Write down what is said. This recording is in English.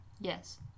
yes